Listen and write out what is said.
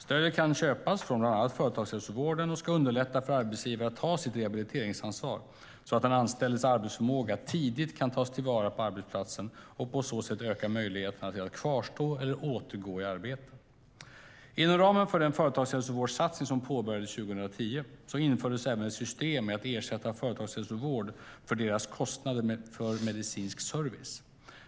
Stödet kan köpas från bland annat företagshälsovården och ska underlätta för arbetsgivare att ta sitt rehabiliteringsansvar, så att den anställdes arbetsförmåga tidigt kan tas till vara på arbetsplatsen och på så sätt öka möjligheterna att kvarstå eller återgå i arbete. Inom ramen för den företagshälsovårdssatsning som påbörjades 2010 infördes även ett system med att ersätta företagshälsovård för deras kostnader för medicinsk service.